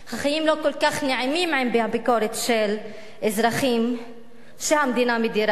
החיים לא כל כך נעימים עם הביקורת של אזרחים שהמדינה מדירה.